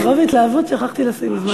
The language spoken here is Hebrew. מרוב התלהבות שכחתי לשים זמן.